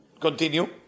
continue